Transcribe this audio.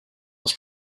was